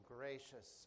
gracious